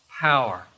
power